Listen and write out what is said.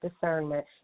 discernment